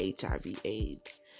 HIV/AIDS